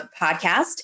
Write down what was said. podcast